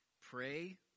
Pray